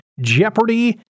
Jeopardy